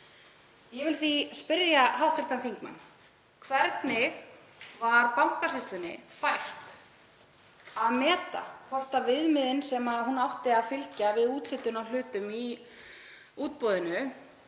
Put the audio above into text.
Ég vil því spyrja hv. þingmann: Hvernig var Bankasýslunni fært að meta hvort viðmiðin sem hún átti að fylgja við úthlutun á hlutum í útboðinu